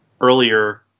earlier